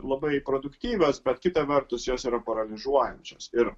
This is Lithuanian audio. labai produktyvios bet kita vertus jos yra paralyžiuojančios ir